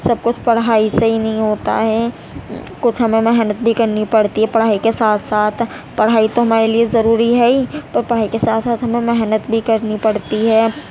سب کچھ پڑھائی سے ہی نہیں ہوتا ہے کچھ ہمیں محنت بھی کرنی پڑتی ہے پڑھائی کے ساتھ ساتھ پڑھائی تو ہمارے لیے ضروری ہے ہی پر پڑھائی کے ساتھ ساتھ ہمیں محنت بھی کرنی پڑتی ہے